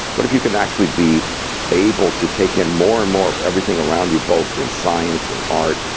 what if you can actually be able to take in more and more of everything around you, both in science, in art,